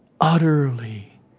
utterly